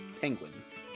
penguins